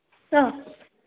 hello